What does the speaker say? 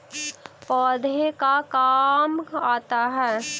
पौधे का काम आता है?